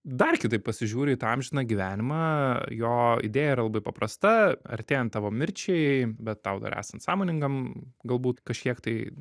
dar kitaip pasižiūri į amžiną gyvenimą jo idėja yra labai paprasta artėjant tavo mirčiai bet tau dar esant sąmoningam galbūt kažkiek tai